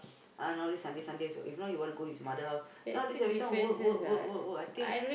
ah nowadays Sundays Sundays if not he want to go his mother house nowadays every time work work work work work I think